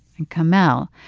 and kamel,